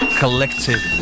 collective